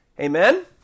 Amen